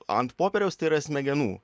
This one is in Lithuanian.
ant popieriaus tai yra smegenų